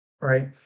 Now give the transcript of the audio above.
right